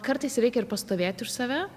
kartais reikia ir pastovėt už save